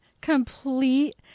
complete